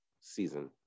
season